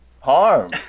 Harm